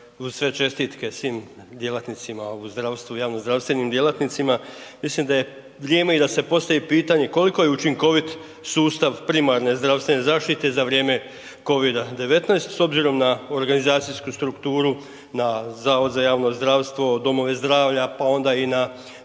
uz sve čestitke svim djelatnicima u zdravstvu i javnozdravstvenim djelatnicima, mislim da je vrijeme i da se postavi pitanje koliko je učinkovit sustav primarne zdravstvene zaštite za vrijeme COVID-19 s obzirom na organizacijsku strukturu na HZJZ, domove zdravlja pa onda i na